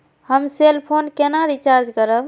हम cell phone केना recharge करब?